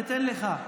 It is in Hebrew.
אני אתן לך.